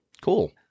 cool